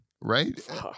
right